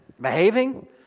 behaving